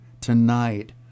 tonight